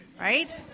right